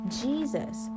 jesus